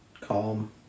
calm